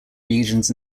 regions